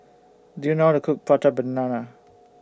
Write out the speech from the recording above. Do YOU know How to Cook Prata Banana